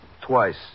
Twice